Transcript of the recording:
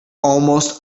almost